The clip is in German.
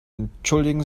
entschuldigen